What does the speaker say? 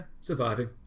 surviving